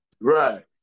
Right